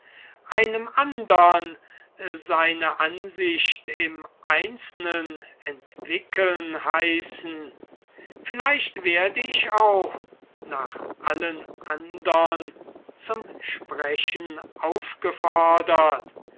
einem andern seine ansicht im einzelnen entwickeln heißen vielleicht werde ich auch nach allen andern zum sprechen aufgefordert